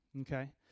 okay